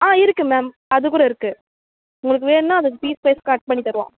ஆ இருக்குது மேம் அது கூட இருக்குது உங்களுக்கு வேணும்னா அது பீஸ்வைஸ் கட் பண்ணித் தருவோம்